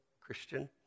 Christian